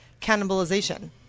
cannibalization